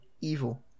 evil